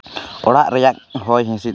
ᱚᱲᱟᱜ ᱨᱮᱭᱟᱜ ᱦᱚᱭ ᱦᱤᱸᱥᱤᱫ